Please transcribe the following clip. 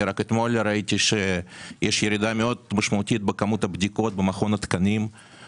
רק אתמול ראיתי שיש ירידה משמעותית מאוד בכמות הבדיקות במכון התקנים,